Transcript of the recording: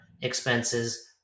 expenses